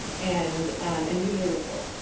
and and usually, we're full.